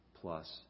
plus